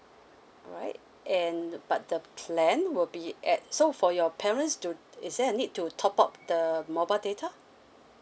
alright and but the plan will be at so for your parents do is there a need to top up the mobile data